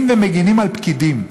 אבל למה הם מכסים ומגינים על פקידים?